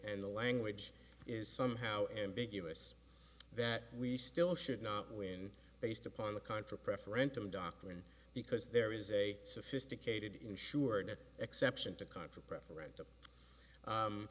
and the language is somehow ambiguous that we still should not win based upon the contra preferential doctrine because there is a sophisticated insured exception to contra preferential